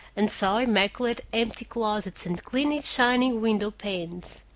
and saw immaculate empty closets and cleanly shining window-panes.